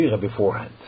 beforehand